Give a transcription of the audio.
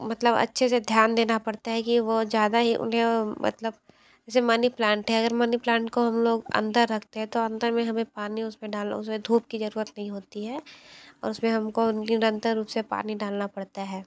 मतलब अच्छे से ध्यान देना पड़ता है कि वो ज़्यादा ही उन्हें मतलब जसे मनी प्लांट है अगर प्लांट को हम लोग अंदर रखते हैं तो अंदर में हमें पानी उसमें डालो उसमें धूप की ज़रूरत नहीं होती है और उसमें हमको निरंतर रूप से पानी डालना पड़ता है